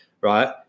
right